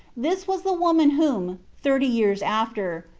this was the woman whom, thirty years after,